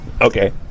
Okay